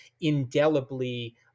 indelibly